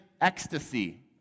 ecstasy